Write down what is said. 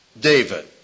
David